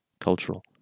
cultural